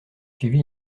suivi